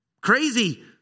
Crazy